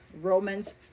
Romans